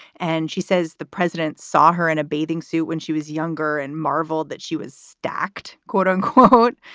and she says the president saw her in a bathing suit when she was younger and marveled that she was so attacked, quote unquote.